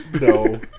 No